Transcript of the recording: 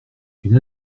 une